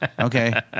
okay